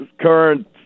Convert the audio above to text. current